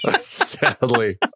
sadly